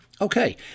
Okay